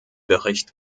bericht